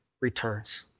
returns